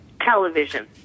television